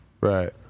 Right